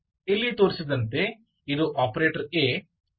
ಇಲ್ಲಿ ತೋರಿಸಿದಂತೆ ಇದು ಆಪರೇಟರ್ A